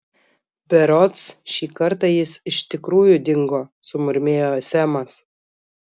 berods šį kartą jis iš tikrųjų dingo sumurmėjo semas